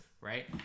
right